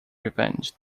revenged